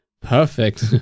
perfect